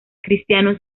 cristiano